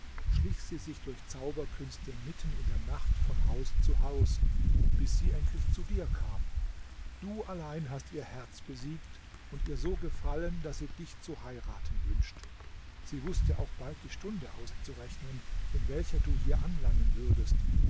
schlich sie sich durch zauberkünste mitten in der nacht von haus zu haus bis sie endlich zu dir kam du allein hast ihr herz besiegt und ihr so gefallen daß sie dich zu heiraten wünscht sie wußte auch bald die stunde auszurechnen in welcher du hier anlangen würdest